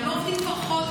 הרי הם לא עובדים כבר חודש.